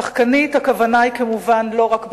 שחקנית, הכוונה היא כמובן לא רק בספורט,